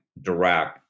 Dirac